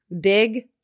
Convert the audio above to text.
dig